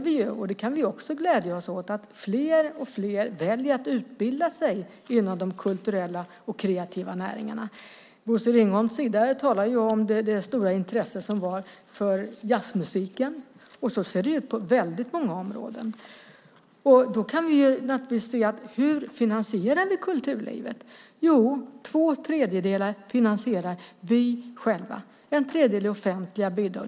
Vi kan också glädja oss åt att fler och fler väljer att utbilda sig inom de kulturella och kreativa näringarna. Bosse Ringholm talade tidigare om det stora intresset för jazzmusiken. Så ser det ut på många områden. Då kan vi naturligtvis titta på hur vi finansierar kulturlivet. Jo, två tredjedelar finansierar vi själva. Det är en tredjedel offentliga bidrag.